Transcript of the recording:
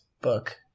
book